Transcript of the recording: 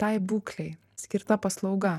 tai būklei skirta paslauga